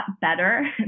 better